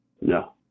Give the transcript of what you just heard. No